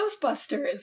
Ghostbusters